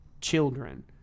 children